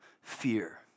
fear